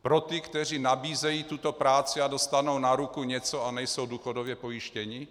Pro ty, kteří nabízejí tuto práci a dostanou na ruku něco a nejsou důchodově pojištěni?